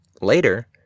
Later